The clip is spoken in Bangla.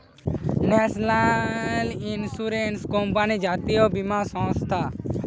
ন্যাশনাল ইন্সুরেন্স কোম্পানি জাতীয় বীমা সংস্থা